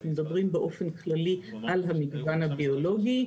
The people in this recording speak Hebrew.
אנחנו מדברים באופן כללי על המגוון הביולוגי.